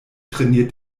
trainiert